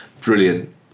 brilliant